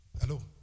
Hello